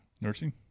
Nursing